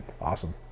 awesome